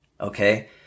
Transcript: Okay